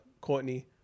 Courtney